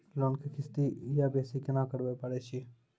Loan के किस्ती कम या बेसी केना करबै पारे छियै?